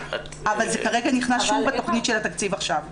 אבל זה כרגע נכנס שוב בתכנית של התקציב עכשיו.